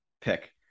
pick